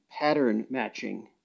pattern-matching